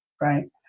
right